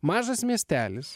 mažas miestelis